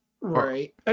Right